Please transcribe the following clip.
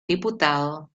diputado